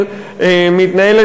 שנה.